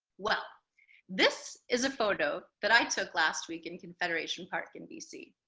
well this is a photo that i took last week in confederation park in bc.